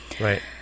right